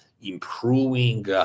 improving